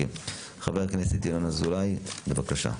חבר הכנסת ינון אזולאי, בבקשה.